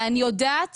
ואני יודעת